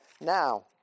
now